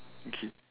okay